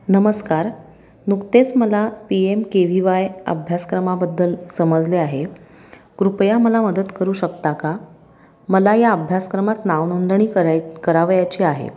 नमस्कार नुकतेच मला P M K V Y अभ्यासक्रमाबद्दल समजले आहे कृपया मला मदत करू शकता का मला या अभ्यासक्रमात नावनोंदणी कराय करावयाची आहे